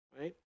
right